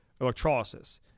electrolysis